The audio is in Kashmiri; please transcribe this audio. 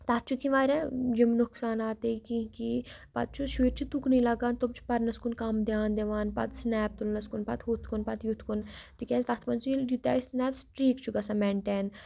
تَتھ چھُکھ یہِ واریاہ یِم نُقصانات یا کینٛہہ کینٛہہ پَتہٕ چھُ شُرۍ چھِ تُکنُے لَگان تِم چھِ پَرنَس کُن کَم دھیان دِوان پَتہٕ سنیپ تُلنَس کُن پَتہٕ ہُتھ کُن پَتہٕ یُتھ کُن تِکیٛازِ تَتھ منٛز ییٚلہِ یہِ تہِ آے سیپ سِٹِرٛیٖک چھُ گژھان مینٹین